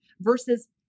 versus